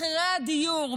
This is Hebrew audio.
מחירי הדיור,